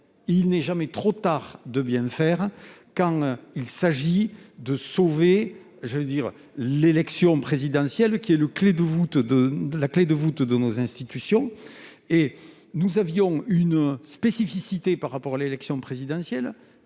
Il n'est jamais trop tard pour bien faire quand il s'agit de sauver l'élection présidentielle, qui est la clé de voûte de nos institutions. Il y a une spécificité de cette élection : ainsi, la